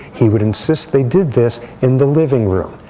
he would insist they did this in the living room,